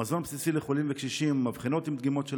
מזון בסיסי לחולים ולקשישים ומבחנות עם דגימות של